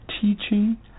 teaching